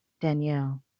Danielle